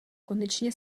konečně